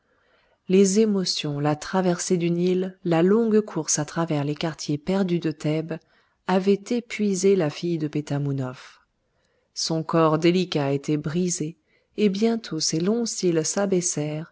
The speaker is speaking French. les émotions la traversée du nil la longue course à travers les quartiers perdus de thèbes avaient épuisé la fille de pétamounoph son corps délicat était brisé et bientôt ses longs cils